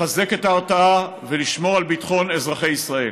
לחזק את ההרתעה ולשמור על ביטחון אזרחי ישראל.